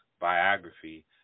biography